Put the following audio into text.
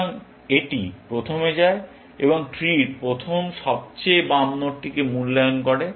সুতরাং এটি প্রথমে যায় এবং ট্রির প্রথম সবচেয়ে বাম নোডটিকে মূল্যায়ন করে